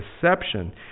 deception